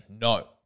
No